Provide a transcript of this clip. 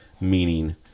meaning